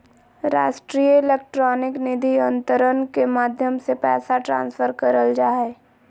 राष्ट्रीय इलेक्ट्रॉनिक निधि अन्तरण के माध्यम से पैसा ट्रांसफर करल जा हय